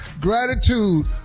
Gratitude